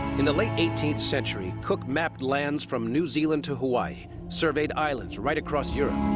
in the late eighteenth century, cook mapped lands from new zealand to hawaii, surveyed islands right across europe.